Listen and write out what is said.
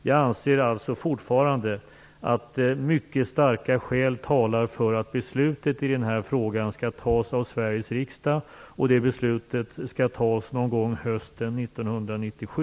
Jag anser alltså fortfarande att mycket starka skäl talar för att beslutet i denna fråga skall fattas av Sveriges riksdag, och detta beslut skall fattas någon gång under hösten 1997.